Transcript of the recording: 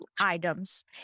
items